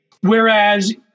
Whereas